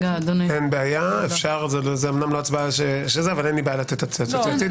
אין לי בעיה לתת התייעצות סיעתית.